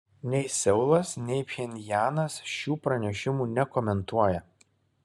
nei seulas nei pchenjanas šių pranešimų nekomentuoja